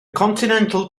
continental